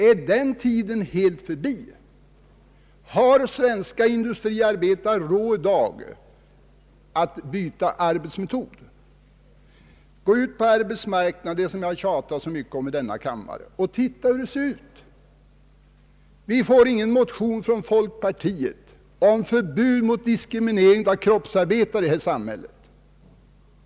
Är de förhållandena helt förbi? Har svenska industriarbetare i dag råd att byta arbetsmetod? Gå ut på arbetsmarknaden — det har jag tjatat så mycket om i denna kammare — och se hur det ser ut! Vi får ingen motion från folkpartiet om förbud mot diskriminering av kroppsarbetare här i samhället.